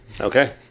Okay